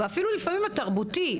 אפילו לפעמים התרבותי,